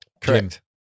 Correct